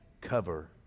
cover